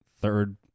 third